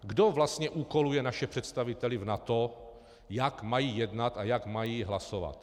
Kdo vlastně úkoluje naše představitele v NATO, jak mají jednat a jak mají hlasovat?